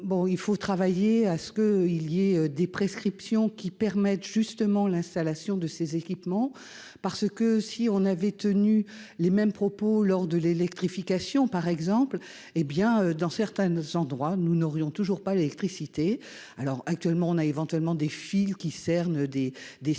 il faut travailler à ce que il y ait des prescriptions qui permettent justement l'installation de ces équipements, parce que si on avait tenu les mêmes propos lors de l'électrification, par exemple, hé bien dans certaines endroits, nous n'aurions toujours pas l'électricité alors actuellement on a éventuellement des files qui cernent des des